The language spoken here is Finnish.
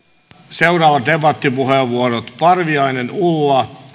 seuraavat debattipuheenvuorot parviainen ulla